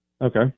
Okay